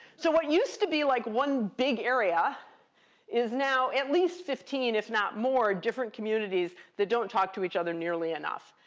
so what used to be like one big area is now at least fifteen, if not more, different communities that don't talk to each other nearly enough.